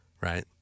Right